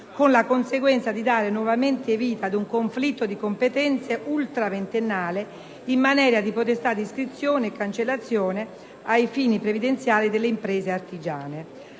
con la conseguenza di dare nuovamente vita ad un conflitto di competenze ultraventennale in materia di potestà di iscrizione e cancellazione ai fini previdenziali delle imprese artigiane.